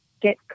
get